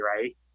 right